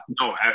no